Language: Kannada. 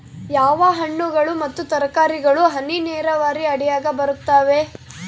ಯಾವ ಹಣ್ಣುಗಳು ಮತ್ತು ತರಕಾರಿಗಳು ಹನಿ ನೇರಾವರಿ ಅಡಿಯಾಗ ಬರುತ್ತವೆ?